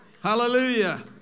Hallelujah